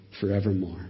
forevermore